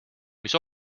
mis